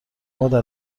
مادر